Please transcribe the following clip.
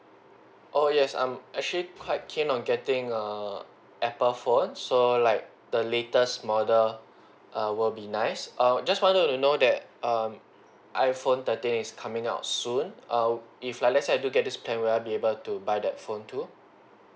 oh yes I'm actually quite keen on getting err Apple phone so like the latest model err will be nice um just wanted to know that um iPhone thirteen is coming out soon uh if like let's say I do get this plan will be able to buy that phone too